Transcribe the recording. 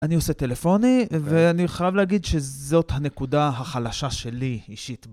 אני עושה טלפוני, ואני חייב להגיד שזאת הנקודה החלשה שלי אישית.